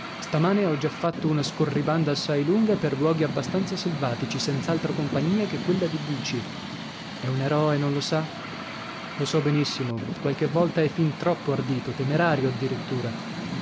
stamane ho già fatta una scorribanda assai lunga e per luoghi abbastanza selvatici senz'altra compagnia che quella di buci è un eroe non lo sa lo so benissimo qualche volta è fin troppo ardito temerario a